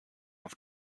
auf